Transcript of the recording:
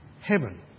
heaven